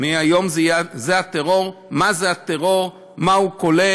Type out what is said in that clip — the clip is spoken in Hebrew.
מהיום זה הטרור, מה זה הטרור, מה הוא כולל.